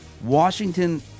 Washington